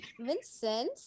Vincent